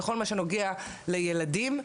בכל מה שקשור לילדים,